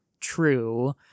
true